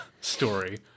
story